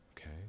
Okay